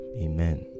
amen